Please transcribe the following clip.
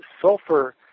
sulfur